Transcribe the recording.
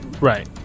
Right